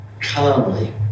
calmly